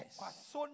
Yes